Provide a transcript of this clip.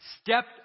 stepped